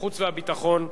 החוץ והביטחון,